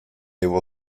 его